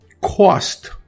cost